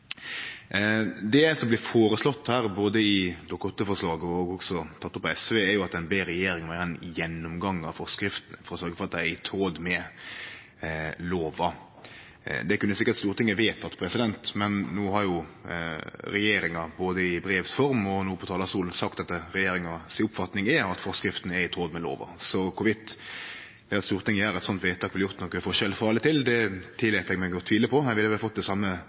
Det som blir føreslått her, både i Dokument 8-forslaget og i det forslaget som SV har teke opp, er at ein ber regjeringa gjere ein gjennomgang av forskriftene for å sørgje for at dei er i tråd med lova. Det kunne sikkert Stortinget ha vedteke, men no har regjeringa, både i brevs form og no frå talarstolen, sagt at regjeringa si oppfatning er at forskrifta er i tråd med lova. Så om eit slikt vedtak av Stortinget ville gjort nokon forskjell frå eller til, tillèt eg meg å tvile på. Ein ville vel fått det same